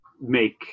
make